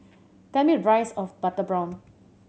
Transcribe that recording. tell me the price of butter prawn